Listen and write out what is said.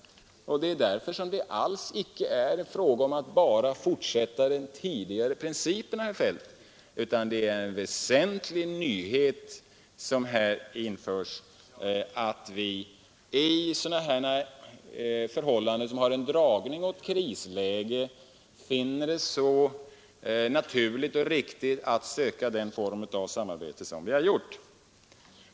Det är därför som det alls icke bara är fråga om att fortsätta enligt de tidigare principerna, herr Feldt, utan här införs den väsentliga nyheten att vi i situationer som har en dragning åt krislägen finner det naturligt och riktigt att söka den form av samarbete som vi gjort.